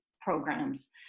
programs